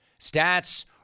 Stats